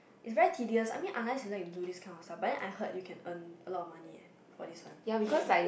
it's very tedious I mean unless you like to do this kind of stuff but then I heard you can earn quite a lot of money eh for this one